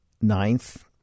Ninth